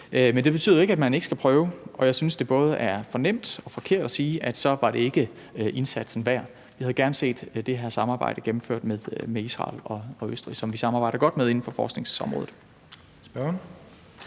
Men det betyder jo ikke, at man ikke skal prøve, og jeg synes, at det både er for nemt og forkert at sige, at så var det ikke indsatsen værd. Vi havde gerne set det her samarbejde gennemført med Israel og Østrig, som vi samarbejder godt med inden for forskningsområdet.